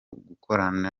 gukorana